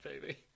baby